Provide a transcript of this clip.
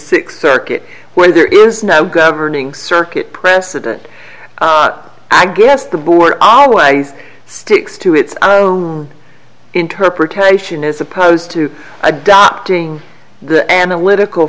sixth circuit when there is no governing circuit precedent i guess the board always sticks to its interpretation is opposed to adopting the analytical